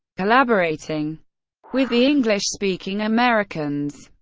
collaborating with the english-speaking americans.